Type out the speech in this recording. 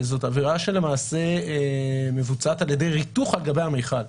זו עבירה שלמעשה מבוצעת על ידי ריתוך על גבי המכל.